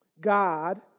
God